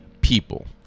people